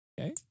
Okay